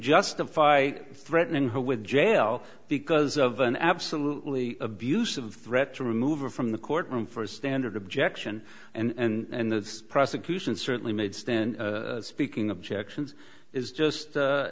justify threatening her with jail because of an absolutely abusive threat to remove her from the court room for a standard objection and the prosecution certainly made stand speaking objections is just